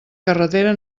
carretera